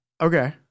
Okay